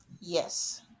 Yes